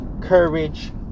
courage